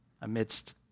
amidst